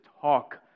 talk